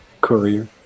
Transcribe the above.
Courier